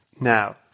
Now